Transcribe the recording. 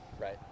Right